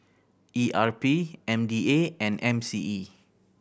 E R P M D A and M C E